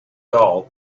doll